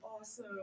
awesome